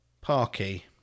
Parky